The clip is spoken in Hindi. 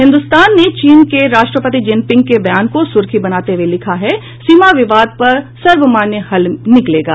हिन्दुस्तान ने चीन के राष्ट्रपति जिनपिंग के बयान को सुर्खी बनाते हुये लिखा है सीमा विवाद का सर्वमान्य हल निकालेंगे